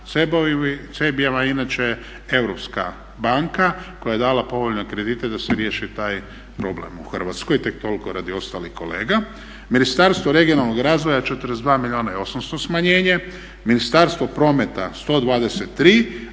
CEB vam je inače europska banka koja je dala povoljne kredite da se riješi taj problem u Hrvatskoj tek toliko radi ostalih kolega. Ministarstvo regionalnog razvoja 42 milijuna i 800 smanjenje, Ministarstvo prometa 123. Ali